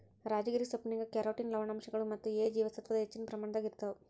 ರಾಜಗಿರಿ ಸೊಪ್ಪಿನ್ಯಾಗ ಕ್ಯಾರೋಟಿನ್ ಲವಣಾಂಶಗಳು ಮತ್ತ ಎ ಜೇವಸತ್ವದ ಹೆಚ್ಚಿನ ಪ್ರಮಾಣದಾಗ ಇರ್ತಾವ